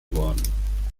worden